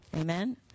Amen